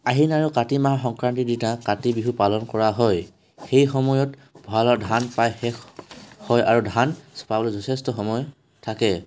আহিন আৰু কাতি মাহৰ সংক্ৰন্তিৰ দিনা কাতি বিহু পালন কৰা হয় সেই সময়ত ভঁড়ালৰ ধান প্ৰায় শেষ হয় আৰু ধান চপাবলৈ যথেষ্ট সময় থাকে